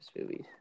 movies